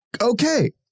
okay